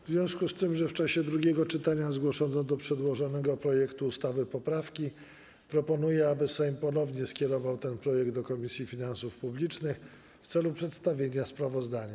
W związku z tym, że w czasie drugiego czytania zgłoszono do przedłożonego projektu ustawy poprawki, proponuję, aby Sejm ponownie skierował ten projekt do Komisji Finansów Publicznych w celu przedstawienia sprawozdania.